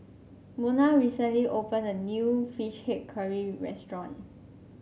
Monna recently opened a new fish head curry restaurant